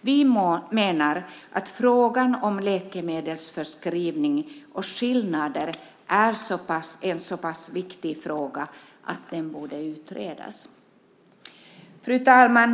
Vi menar att frågan om läkemedelsförskrivning och skillnader är en så pass viktig fråga att den borde utredas. Fru talman!